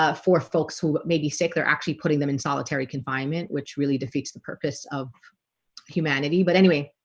ah for folks who may be take they're actually putting them in solitary confinement, which really defeats the purpose of humanity, but anyway,